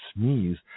sneeze